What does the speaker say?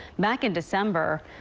back in december,